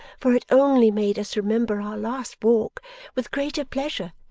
for it only made us remember our last walk with greater pleasure,